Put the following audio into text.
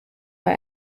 bei